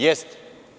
Jeste.